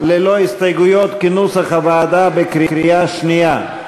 ללא הסתייגויות, כנוסח הוועדה, בקריאה שנייה.